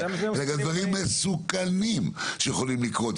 אלא גם בעניין דברים מסוכנים שיכולים לקרות.